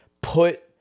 put